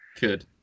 Good